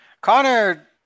Connor